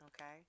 Okay